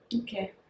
Okay